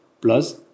Plus